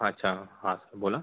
अच्छा हा सर बोला